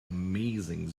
amazing